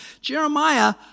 Jeremiah